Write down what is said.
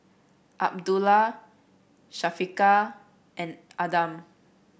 Abdullah Syafiqah and Adam